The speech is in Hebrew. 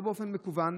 לא באופן מקוון,